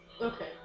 Okay